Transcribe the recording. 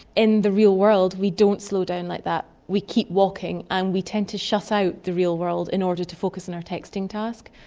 in the real world we don't slow down like that, we keep walking and we tend to shut out the real world in order to focus on our texting task.